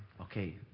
okay